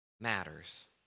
matters